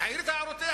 תעיר את הערותיה.